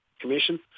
commission